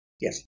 yes